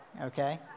Okay